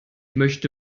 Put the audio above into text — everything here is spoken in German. möchte